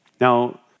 Now